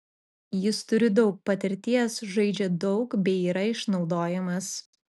jis turi daug patirties žaidžia daug bei yra išnaudojamas